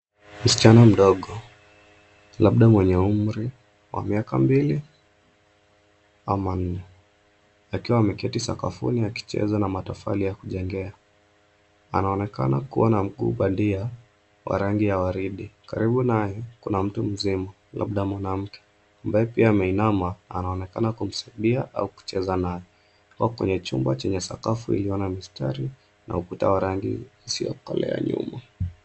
Msichana mdogo, labda mwenye umri wa miaka mbili, ama nne, akiwa ameketi sakafuni akicheza na matofali ya kujengea. Anaonekana kuwa na mguu bandia, wa rangi ya waridi. Karibu naye, kuna mtu mzima, labda mwanamke, ambaye pia ameinama, anaonekana kumsaidia au kucheza naye, kwenye chumba chenye sakafu iliyo na mistari, na ukuta wa rangi isiyokolea nyuma.